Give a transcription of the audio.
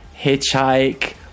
hitchhike